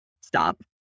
stop